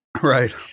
Right